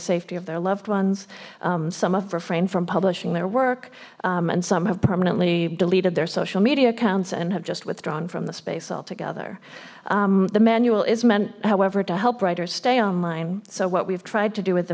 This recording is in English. safety of their loved ones some of refrain from publishing their work and some have permanently deleted their social media accounts and have just withdrawn from the space altogether the manual is meant however to help writers stay online so what we've tried to do with the